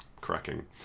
Cracking